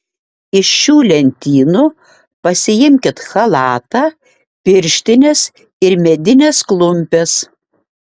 iš šių lentynų pasiimkit chalatą pirštines ir medines klumpes